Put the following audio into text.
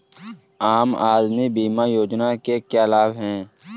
आम आदमी बीमा योजना के क्या लाभ हैं?